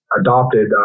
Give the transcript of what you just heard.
adopted